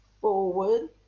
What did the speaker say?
forward